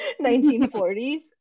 1940s